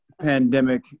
pandemic